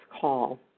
call